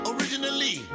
Originally